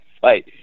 fight